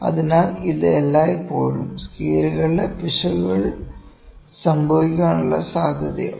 അതിനാൽ ഇത് എല്ലായ്പ്പോഴും സ്കെയിലുകളുടെ പിശകുകൾ സംഭവിക്കാനുള്ള സാധ്യതയുണ്ട്